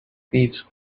these